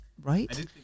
right